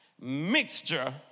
mixture